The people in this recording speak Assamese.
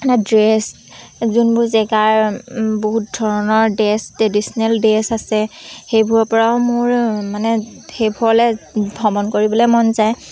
ড্ৰেছ যোনবোৰ জেগাৰ বহুত ধৰণৰ ড্ৰেছ ট্ৰেডিচনেল ড্ৰেছ আছে সেইবোৰৰ পৰাও মোৰ মানে সেইবোৰলৈ ভ্ৰমণ কৰিবলৈ মন যায়